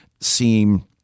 seem